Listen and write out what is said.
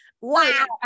wow